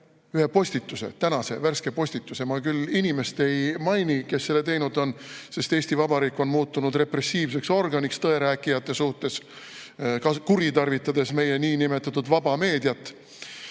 ühe postituse, tänase värske postituse. Ma küll inimest ei maini, kes selle teinud on, sest Eesti Vabariik on muutunud repressiivseks organiks tõerääkijate suhtes, kuritarvitades meie niinimetatud vaba meediat.